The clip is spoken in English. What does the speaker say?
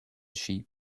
sheep